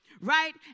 right